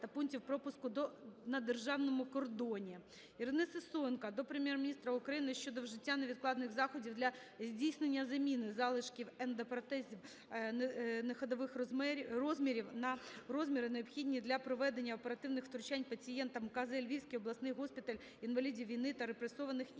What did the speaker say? Ірини Сисоєнко до Прем'єр-міністра України щодо вжиття невідкладних заходів для здійснення заміни залишків ендопротезів неходових розмірів на розміри, необхідні для проведення оперативних втручань пацієнтам КЗ "Львівський обласний госпіталь інвалідів війни та репресованих імені